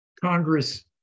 Congress